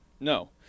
No